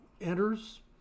enters